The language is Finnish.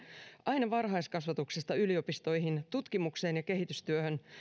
aina varhaiskasvatuksesta yliopistoihin tutkimukseen ja kehitystyöhön